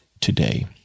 Today